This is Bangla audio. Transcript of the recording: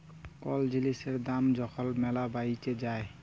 কল জিলিসের দাম যখল ম্যালা বাইড়ে যায়